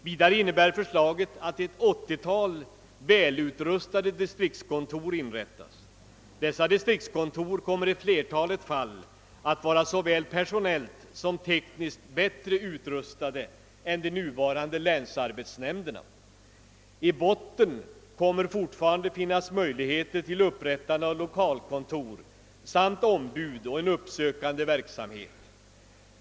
Vidare innebär förslaget att ett åttiotal välutrustade distriktskontor inrättas. Dessa kommer i flertalet fall att vara såväl personellt som tekniskt bättre utrustade än de nuvarande länsarbetsnämnderna. I botien kommer fortfarande att finnas möjligheter till upprättande av lokalkontor samt ombud och en uppsökande verksamhet.